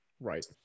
Right